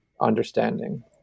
understanding